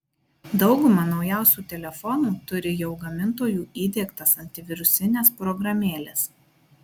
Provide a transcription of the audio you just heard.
dauguma naujausių telefonų turi jau gamintojų įdiegtas antivirusines programėles